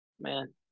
Man